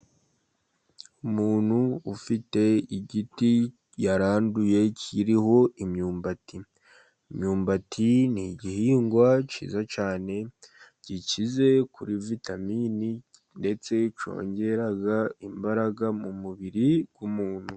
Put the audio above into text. Umuntu ufite igiti yaranduye kiriho imyumbati. Imyumbati ni igihingwa cyiza cyane, gikize kuri vitamine, ndetse cyongera imbaraga mu mubiri w'umuntu.